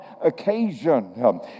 occasion